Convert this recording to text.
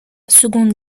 seconde